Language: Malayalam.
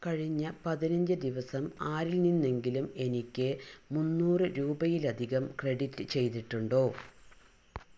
കഴിഞ്ഞ പതിനഞ്ച് ദിവസം ആരിൽ നിന്നെങ്കിലും എനിക്ക് മുന്നൂറ് രൂപയിലധികം ക്രെഡിറ്റ് ചെയ്തിട്ടുണ്ടോ